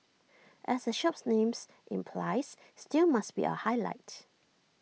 as the shop's names implies stew must be A highlight